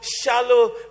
shallow